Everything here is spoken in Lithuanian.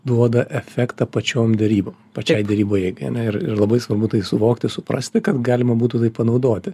duoda efektą pačiom derybom pačiai derybų eigai ir ir labai svarbu tai suvokti suprasti kad galima būtų tai panaudoti